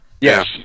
Yes